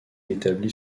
établit